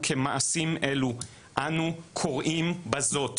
וכמעשים אלו אנו קורעים בזאת